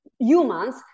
Humans